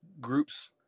groups